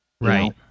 Right